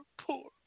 poor